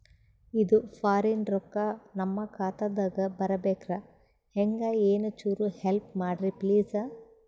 ಇದು ಫಾರಿನ ರೊಕ್ಕ ನಮ್ಮ ಖಾತಾ ದಾಗ ಬರಬೆಕ್ರ, ಹೆಂಗ ಏನು ಚುರು ಹೆಲ್ಪ ಮಾಡ್ರಿ ಪ್ಲಿಸ?